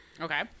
Okay